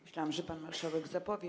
Myślałam, że pan marszałek zapowie.